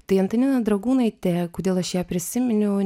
tai antanina dragūnaitė kodėl aš ją prisiminiau